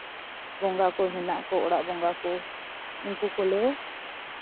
ᱵᱚᱸᱜᱟ ᱠᱚ ᱢᱮᱱᱟᱜ ᱠᱚ ᱚᱲᱟᱜ ᱵᱚᱸᱜᱟ ᱠᱚ ᱩᱱᱠᱩ ᱠᱚᱞᱮ